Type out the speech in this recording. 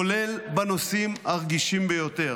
כולל בנושאים הרגישים ביותר,